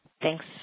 thanks